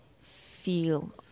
feel